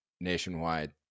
nationwide